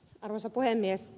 arvoisa puhemies